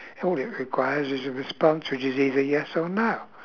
all it requires is a response which is either yes or no